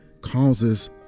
causes